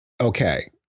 Okay